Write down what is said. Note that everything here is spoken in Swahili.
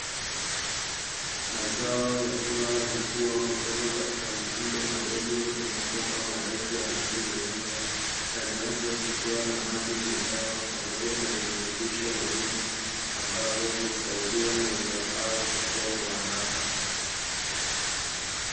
Mazao yakiwa yanakua kutoka katika matundu madogo ya mabomba marefu ya rangi nyeupe, ndani yake kukiwa na maji yenye dawa pamoja na virutubisho muhimu ambavyo husaidia mazao hayo kukua kwa haraka.